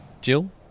Jill